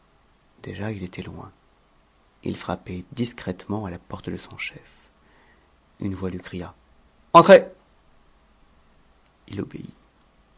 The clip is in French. déjà il était loin il frappait discrètement à la porte de son chef une voix lui cria entrez il obéit